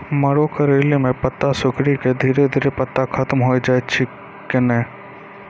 मरो करैली म पत्ता सिकुड़ी के धीरे धीरे पत्ता खत्म होय छै कैनै?